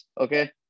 okay